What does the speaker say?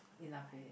enough already